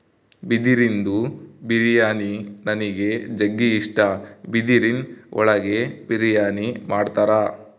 ಬಿದಿರಿಂದು ಬಿರಿಯಾನಿ ನನಿಗ್ ಜಗ್ಗಿ ಇಷ್ಟ, ಬಿದಿರಿನ್ ಒಳಗೆ ಬಿರಿಯಾನಿ ಮಾಡ್ತರ